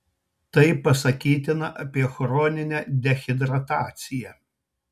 tai pasakytina apie chroninę dehidrataciją